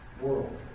world